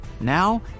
Now